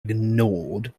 ignored